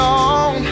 on